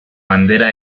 bandera